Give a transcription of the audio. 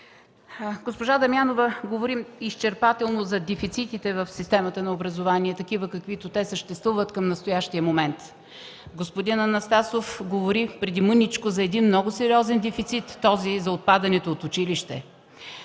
Госпожа Дамянова говори изчерпателно за дефицитите в системата на образование, каквито съществуват към настоящия момент. Господин Анастасов преди малко говори за един много сериозен дефицит – за отпадането от училище.